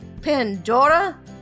Pandora